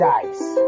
Dice